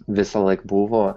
visąlaik buvo